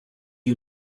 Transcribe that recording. you